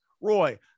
Roy